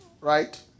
right